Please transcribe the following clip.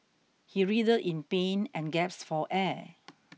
he writhed in pain and gasped for air